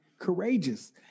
courageous